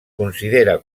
considera